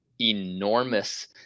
enormous